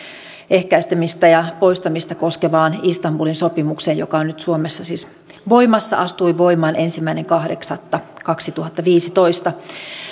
ehkäisemistä ja poistamista koskevaan istanbulin sopimukseen joka on nyt suomessa siis voimassa astui voimaan ensimmäinen kahdeksatta kaksituhattaviisitoista